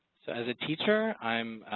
so as a teacher i'm